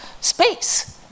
space